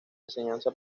enseñanza